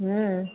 हम्म